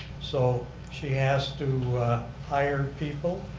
so she has to hire people.